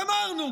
גמרנו.